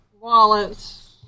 wallets